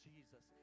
Jesus